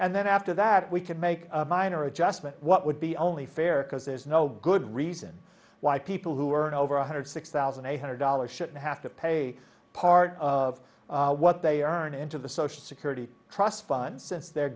and then after that we can make minor adjustment what would be only fair because there's no good reason why people who earn over one hundred six thousand eight hundred dollars shouldn't have to pay part of what they are into the social security trust fund since they're